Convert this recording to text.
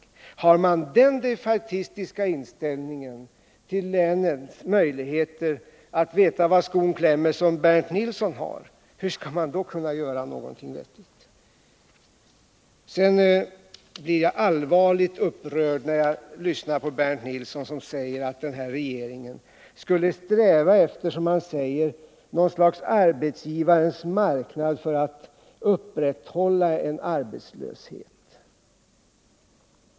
Men har man den defaitistiska inställningen till länens möjligheter att veta var skon klämmer som Bernt Nilsson har, hur skall man då kunna göra någonting vettigt? Jag blir allvarligt upprörd när jag lyssnar på Bernt Nilsson, som påstår att den här regeringen skulle sträva efter någon sorts arbetsgivarens marknad för att upprätthålla arbetslöshet.